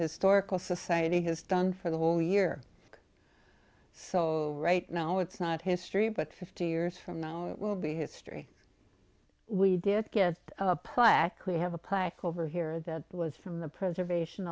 historical society has done for the whole year so right now it's not history but fifty years from now it will be history we did get a plaque we have a plaque over here that was from the preservation